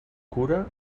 cura